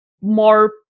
more